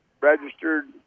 registered